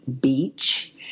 beach